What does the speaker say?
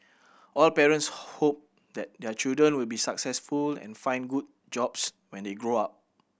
all parents hope that their children will be successful and find good jobs when they grow up